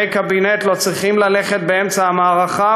וחברי קבינט לא צריכים ללכת באמצע המערכה